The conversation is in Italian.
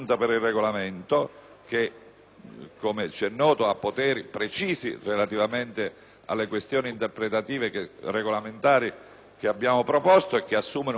come ci è noto, ha poteri precisi in relazione alle questioni interpretative e regolamentari da noi proposte, che assumono un rilievo